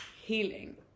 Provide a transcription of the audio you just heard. healing